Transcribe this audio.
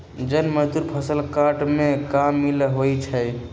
जन मजदुर फ़सल काटेमें कामिल होइ छइ